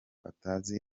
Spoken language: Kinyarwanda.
atazi